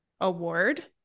award